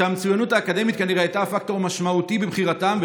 שהמצוינות האקדמית כנראה הייתה הפקטור המשמעותי בבחירתם,